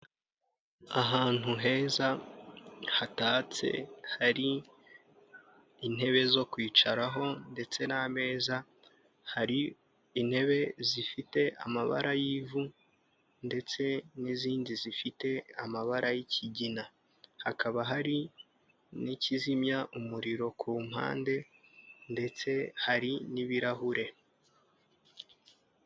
Ahantu heza hatatse, hari intebe zo kwicaraho ndetse n'ameza, hari intebe zifite amabara y'ivu ndetse n'izindi zifite amabara y'ikigina, hakaba hari n'ikizimya umuriro ku mpande ndetse hari n'ibirahure.